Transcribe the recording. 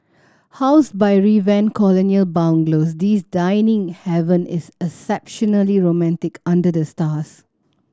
housed by revamped colonial bungalows this dining haven is exceptionally romantic under the stars